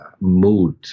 mood